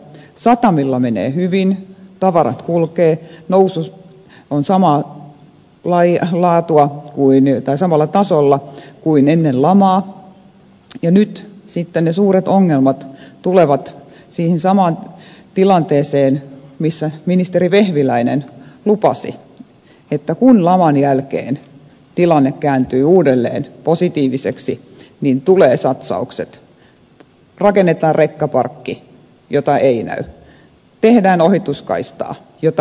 satamilla menee hyvin tavarat kulkevat nousu on samaa lajia laatua kuin yrittää samalla tasolla kuin ennen lamaa ja nyt sitten ne suuret ongelmat tulevat siihen samaan tilanteeseen missä ministeri vehviläinen lupasi että kun laman jälkeen tilanne kääntyy uudelleen positiiviseksi niin tulevat satsaukset rakennetaan rekkaparkki jota ei näy tehdään ohituskaistaa jota ei näy